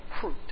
fruit